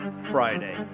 Friday